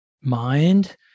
mind